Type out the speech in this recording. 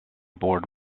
board